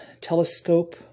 telescope